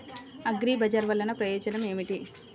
అగ్రిబజార్ వల్లన ప్రయోజనం ఏమిటీ?